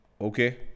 Okay